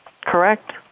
Correct